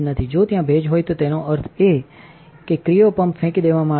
જો ત્યાં ભેજ હોયતેનો અર્થ એ કેક્રિઓપંપ ફેંકી દેવામાં આવ્યો છે